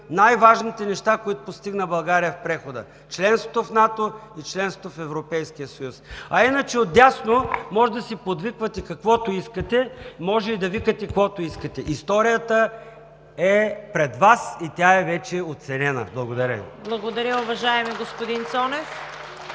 най-важните неща, които постигна България в прехода – членството в НАТО, и членството в Европейския съюз. А иначе отдясно можете да си подвиквате каквото си искате, може и да викате каквото искате. Историята е пред Вас и тя е вече оценена. Благодаря Ви. (Ръкопляскания от